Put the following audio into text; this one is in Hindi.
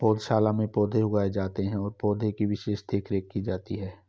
पौधशाला में पौधे उगाए जाते हैं और पौधे की विशेष देखरेख की जाती है